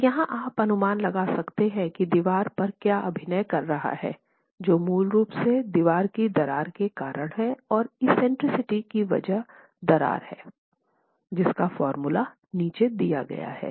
तो यहां आप अनुमान लगा सकते हैं कि दीवार पर क्या अभिनय कर रहा है जो मूल रूप से दीवार की दरार के कारण हैं और एक्सेंट्रिसिटी की वजह दरार हैं